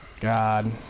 God